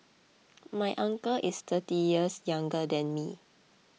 my uncle is thirty years younger than me